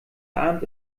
abend